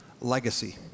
legacy